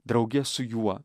drauge su juo